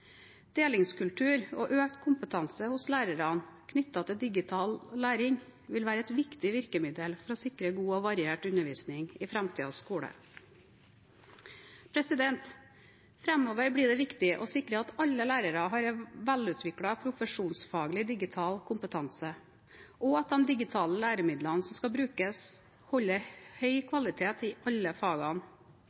Delingskultur og økt kompetanse hos lærerne knyttet til digital læring vil være et viktig virkemiddel for å sikre en god og variert undervisning i framtidens skole. Framover blir det viktig å sikre at alle lærere har en velutviklet profesjonsfaglig digital kompetanse, og at de digitale læremidlene som skal brukes, holder høy kvalitet i alle